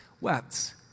wept